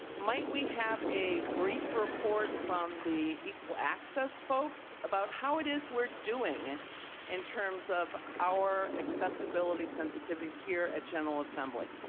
might we have a brief report from the equal access folks about what it is we're doing in terms of our accessibility sensitivities here at general assembly?